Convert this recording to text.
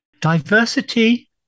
diversity